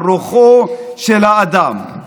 על רוחו של האדם.